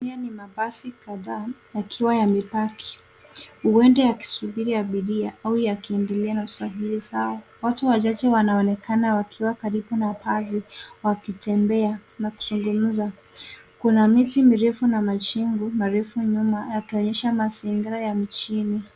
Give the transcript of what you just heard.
Haya ni mabasi kadhaa yakiwa yame bakj. Huenda yakisubiri abiria au yakiingilia na usafiri wao watu wachache wanaonekana wakiwa karibu na basi wakitembea na kuzungumza . Kuna miti mirefu na majengo nyuma yakionyesha mazingira ya mjini.